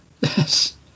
Yes